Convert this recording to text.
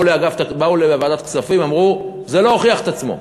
באו לוועדת כספים, אמרו: זה לא הוכיח את עצמו.